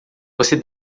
você